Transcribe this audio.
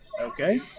okay